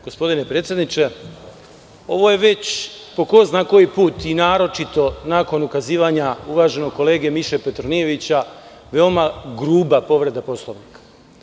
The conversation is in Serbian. Gospodine predsedniče, ovo je već po ko zna koji put, a naročito nakon ukazivanja uvaženog kolege Miše Petronijevića, gruba povreda Poslovnika.